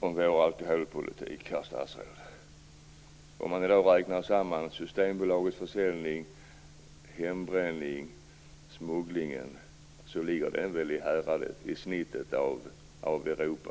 Om man i dag, herr statsråd, räknar samman Systembolagets försäljning, hembränningen och smugglingen ligger vi i snittet av Europa.